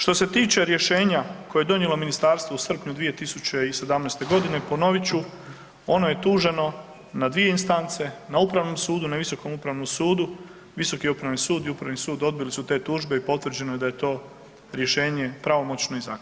Što se tiče rješenja koje je donijelo ministarstvo u srpnju 2017.g., ponovit ću, ono je tuženo na dvije instance, na upravnom sudu, na visokom upravnom sudu, visoki upravni sud i upravni sud odbili su te tužbe i potvrđeno je da je to rješenje pravomoćno i zakonito.